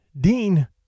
Dean